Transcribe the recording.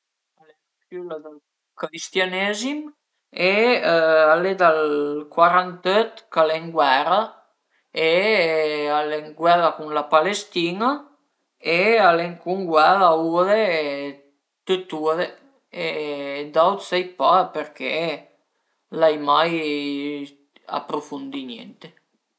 A mi a m'pias tantu ël liscio, cuindi a m'pias ël suono d'la fizarmonica, ma anche la fizarmonica cun le vus suta, cuindi ël canté e pöi a m'pias propi tantu i bai lisci e cuindi cuandi i vun a le feste campagnole a m'pias propi e cuindi cuandi i sun vun